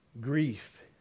grief